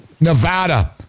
Nevada